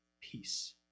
Peace